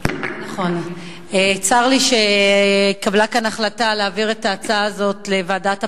צר לי שהתקבלה כאן החלטה להעביר את ההצעה הזאת לוועדת הפנים.